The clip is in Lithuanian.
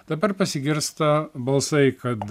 dabar pasigirsta balsai kad